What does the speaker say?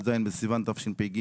י"ז בסיון התשפ"ג,